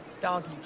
Doggy